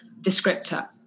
descriptor